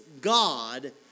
God